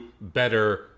better